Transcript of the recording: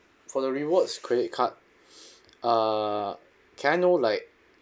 for the rewards credit card uh can I know like